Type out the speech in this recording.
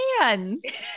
hands